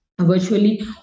virtually